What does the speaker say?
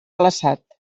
glaçat